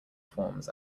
forms